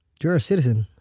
you're a citizen.